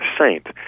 saint